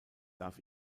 darf